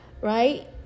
right